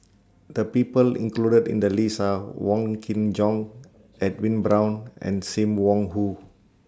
The People included in The list Are Wong Kin Jong Edwin Brown and SIM Wong Hoo